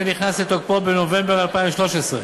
שנכנס לתוקפו בנובמבר 2013,